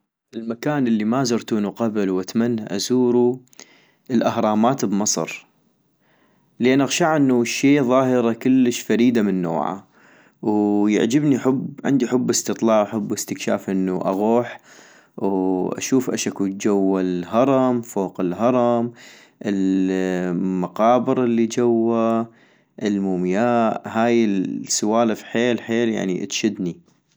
المكان الي ما زرتونو قبل واتمنى ازورو، الاهرامات بمصر - لان اغشعا انو شي ضاهرة كلش فريدة من نوعها ، ويعجبني حب-عندي حب استطلاع وحب استكشاف انو اغوح واشوف اشكو جوا الهرم فوق الهرم، المقابر الي جوا، المومياء، هاي السوالف حيل حيل تشدني